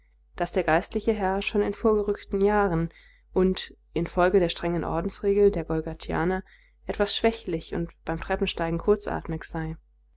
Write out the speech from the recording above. daß der geistliche herr schon in vorgerückten jahren und infolge der strengen ordensregel der golgathianer etwas schwächlich und beim treppensteigen kurzatmig sei